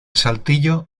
saltillo